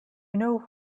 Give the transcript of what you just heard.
know